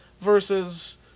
Versus